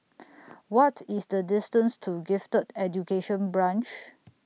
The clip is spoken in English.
What IS The distance to Gifted Education Branch